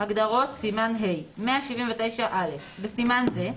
הגדרות סימן ה' 179א. בסימן זה,